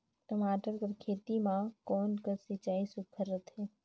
टमाटर कर खेती म कोन कस सिंचाई सुघ्घर रथे?